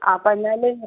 ആ അപ്പം എന്നാൽ